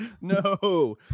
No